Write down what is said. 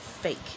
fake